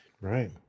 Right